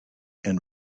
and